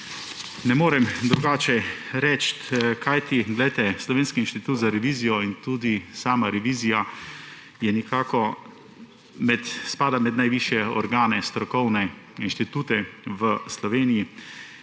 Ne morem drugače reči, kajti poglejte, Slovenski inštituta za revizijo in tudi sama revizija nekako spada med najvišje organe, strokovne institute v Sloveniji,